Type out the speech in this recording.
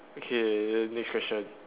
okay next question